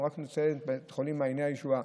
אנחנו רק נציין את בית חולים מעייני הישועה,